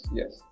yes